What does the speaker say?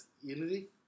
Unity